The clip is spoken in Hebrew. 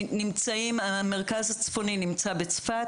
המרכז הצפוני נמצא בצפת,